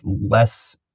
less